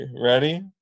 ready